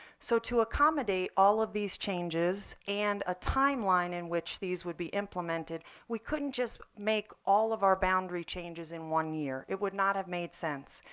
so to accommodate all of these changes and a timeline in which these would be implemented, we couldn't just make all of our boundary changes in one year. it would not have made sense.